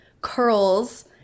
curls